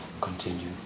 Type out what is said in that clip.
continue